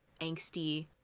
angsty